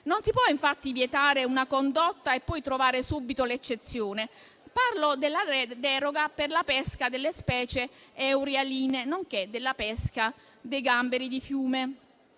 Non si può infatti vietare una condotta e poi trovare subito l'eccezione. Parlo della deroga per la pesca delle specie eurialine, nonché per la pesca dei gamberi di fiume.